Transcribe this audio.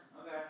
okay